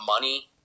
money